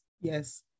Yes